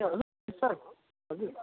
ए हजुर सर हजुर